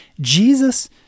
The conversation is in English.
Jesus